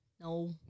No